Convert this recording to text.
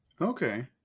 Okay